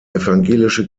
evangelische